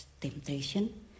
temptation